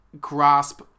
grasp